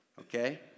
Okay